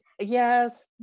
yes